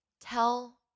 tell